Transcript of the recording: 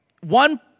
one